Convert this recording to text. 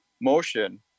motion